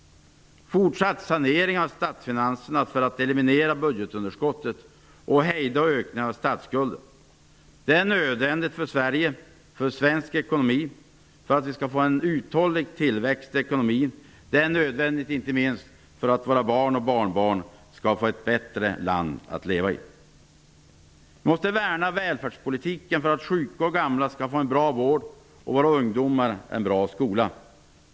Fortsatt sanering av statsfinanserna för att eliminera budgetunderskottet och hejda ökningen av statsskulden. Det är nädvändigt för Sverige, för svensk ekonomi och för att vi skall få en uthållig tillväxt i ekonomin. Det är nödvändigt inte minst för att våra barn och barnbarn skall få ett bättre land att leva i. Vi måste värna om välfärdspolitiken för att sjuka och gamla skall få en bra vård och för att våra ungdomar skall få en bra skola.